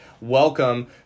welcome